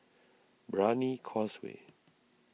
Brani Causeway